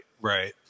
right